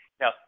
Now